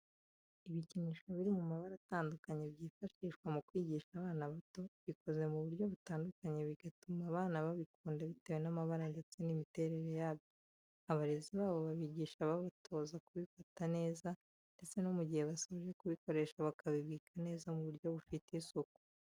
Ibikinisho biri mu mabara atandukanye byifashishwa mu kwigisha abana bato bikoze mu buryo butandukanye bigatuma abana babikunda bitewe n'amabara ndetse n'imiterere yabyo, abarezi babo babigisha babatoza kubifata neza ndetse no mu gihe basoje kubikoresha bakabibika neza mu buryo bufite isuku.